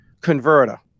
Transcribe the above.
converter